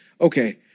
Okay